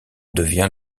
devient